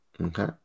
Okay